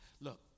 look